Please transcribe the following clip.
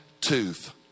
tooth